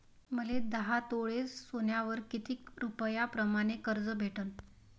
मले दहा तोळे सोन्यावर कितीक रुपया प्रमाण कर्ज भेटन?